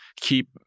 keep